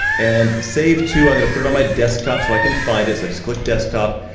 and save to, i'm gonna put it on my desktop, so i can find it, so i just click desktop.